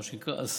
מה שנקרא השמה,